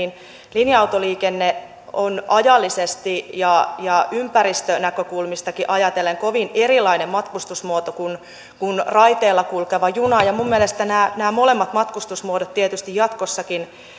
linja autoliikenne on ajallisesti ja ja ympäristönäkökulmistakin ajatellen kovin erilainen matkustusmuoto kuin raiteilla kulkeva juna ja minun mielestäni nämä nämä molemmat matkustusmuodot tietysti jatkossakin